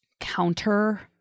counter